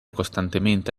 costantemente